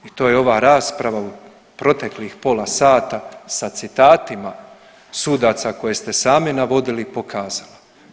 I to je ova rasprava u proteklih pola sata sa citatima sudaca koje ste sami navodili pokazala.